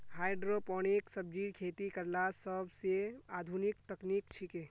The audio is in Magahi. हाइड्रोपोनिक सब्जिर खेती करला सोबसे आधुनिक तकनीक छिके